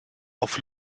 auf